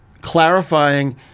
clarifying